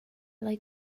like